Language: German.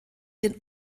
den